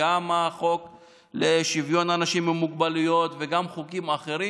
גם בחוק לשוויון אנשים עם מוגבלויות וגם בחוקים אחרים,